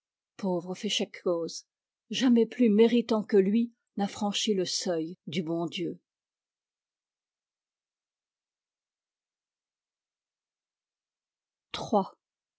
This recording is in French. pauvre féchec coz jamais plus méritant que lui n'a franchi le seuil du bon dieu